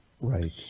Right